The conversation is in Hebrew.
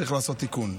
צריך לעשות תיקון.